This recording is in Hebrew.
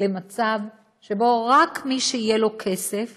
למצב שבו רק מי שיהיה לו כסף